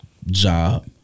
Job